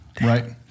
right